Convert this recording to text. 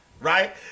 Right